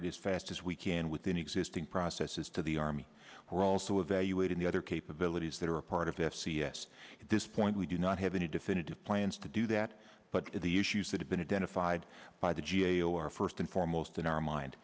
it is fast as we can within existing processes to the army we're also evaluating the other capabilities that are a part of this c s at this point we do not have any definitive plans to do that but the issues that have been identified by the g a o are first and foremost in our mind